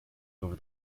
over